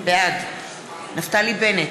בעד נפתלי בנט,